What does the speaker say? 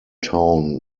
town